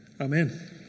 Amen